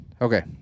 Okay